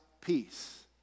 peace